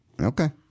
Okay